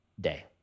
day